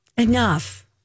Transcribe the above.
enough